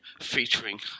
featuring